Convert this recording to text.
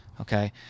Okay